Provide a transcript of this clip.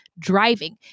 Driving